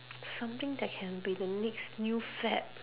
something that can be the next new fad